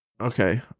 okay